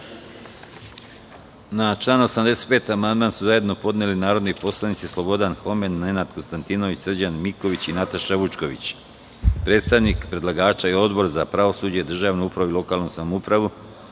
Na član 85. amandman su zajedno podneli narodni poslanici Slobodan Homen, Nenad Konstantinović, Srđan Miković i Nataša Vučković. Predstavnik predlagača i Odbor za pravosuđe, državnu upravu i lokalnu samoupravu